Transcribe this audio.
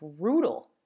brutal